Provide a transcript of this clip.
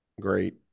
great